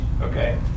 Okay